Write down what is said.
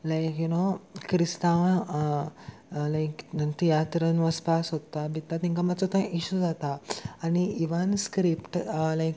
like you know क्रिस्तांवां लायक तियात्रान वचपाक सोदता बित्ता तेंकां मातसो थंय इशू जाता आनी इवन स्क्रिप्ट लायक